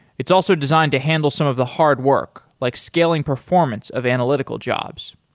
it's also designed to handle some of the hard work, like scaling performance of analytical jobs.